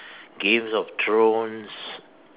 Games of Thrones